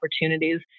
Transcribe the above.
opportunities